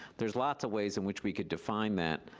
there's lots of ways in which we could define that,